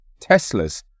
Teslas